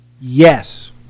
yes